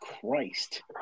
Christ